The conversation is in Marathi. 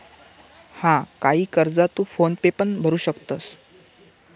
हा, काही कर्जा तू फोन पेन पण भरू शकतंस